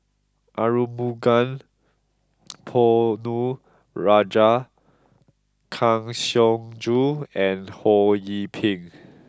Arumugam Ponnu Rajah Kang Siong Joo and Ho Yee Ping